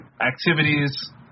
activities